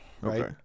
right